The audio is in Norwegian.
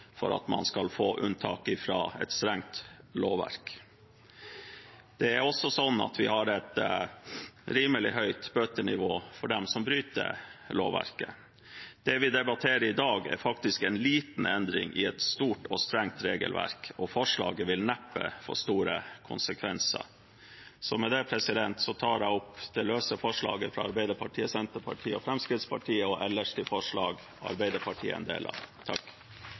for at man skal få unntak fra et strengt lovverk. Det er også slik at vi har et rimelig høyt bøtenivå for dem som bryter det lovverket. Det vi debatterer i dag, er faktisk en liten endring i et stort og strengt regelverk, og forslaget vil neppe få store konsekvenser. Med det tar jeg opp de løse forslagene fra Arbeiderpartiet, Senterpartiet og Fremskrittspartiet. Representanten Runar Sjåstad har tatt opp de forslagene han refererte til. Jeg er